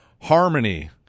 Harmony